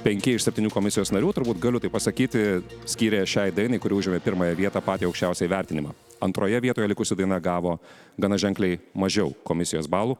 penki iš septynių komisijos narių turbūt galiu tai pasakyti skyrė šiai dainai kuri užėmė pirmąją vietą patį aukščiausią įvertinimą antroje vietoje likusi daina gavo gana ženkliai mažiau komisijos balų